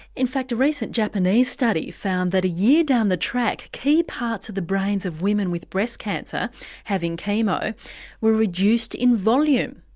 in fact a recent japanese study found that a year down the track key parts or the brains of women with breast cancer having chemo were reduced in volume.